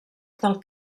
del